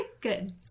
good